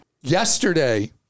yesterday